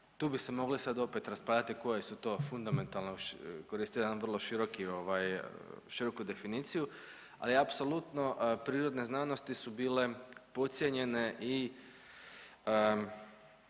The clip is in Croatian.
tu bi se mogli sad opet raspravljati koje su to fundamentalne, koristio je jedan vrlo široki ovaj široku definiciju, ali apsolutno prirodne znanosti su bile podcijenjene i